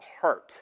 heart